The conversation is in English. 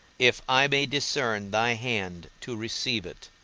if i may discern thy hand to receive it.